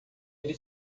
ele